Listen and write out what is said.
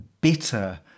bitter